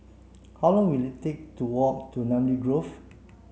how long will it take to walk to Namly Grove